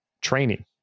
training